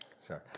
sorry